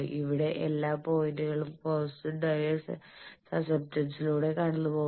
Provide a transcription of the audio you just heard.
ഇവിടെ എല്ലാ പോയിന്റുകളും കോൺസ്റ്റന്റായ സസെപ്റ്റൻസിലൂടെ കടന്നുപോകുന്നു